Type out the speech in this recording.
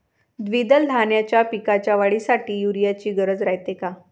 द्विदल धान्याच्या पिकाच्या वाढीसाठी यूरिया ची गरज रायते का?